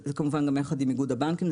זה כמובן גם יחד עם איגוד הבנקים.